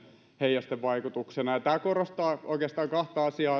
heijastevaikutuksena ja tämä korostaa oikeastaan kahta asiaa se